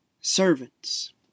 servants